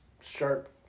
sharp